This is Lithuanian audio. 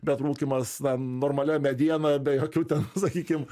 bet rūkymas na normalia mediena be jokių ten sakykim